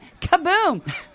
Kaboom